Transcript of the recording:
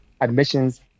admissions